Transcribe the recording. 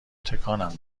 تکانم